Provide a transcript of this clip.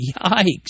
Yikes